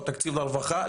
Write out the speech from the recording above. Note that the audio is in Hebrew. או תקציב לרווחה?